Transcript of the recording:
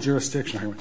jurisdiction or